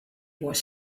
was